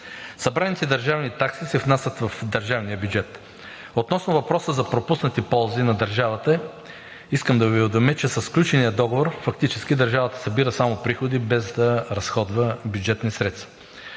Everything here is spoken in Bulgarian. Събраните държавни такси се внасят в държавния бюджет. Относно въпроса за пропуснати ползи на държавата искам да Ви уведомя, че със сключения договор фактически държавата събира само приходи, без да разходва бюджетни средства.